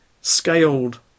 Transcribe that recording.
scaled